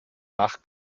nach